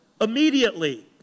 immediately